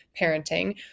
parenting